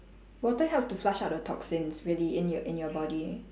water helps to flush out the toxins really in your in your body